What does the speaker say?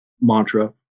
mantra